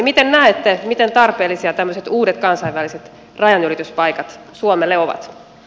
miten näette miten tarpeellisia tämmöiset uudet kansainväliset rajanylityspaikat suomelle ovat